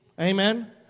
Amen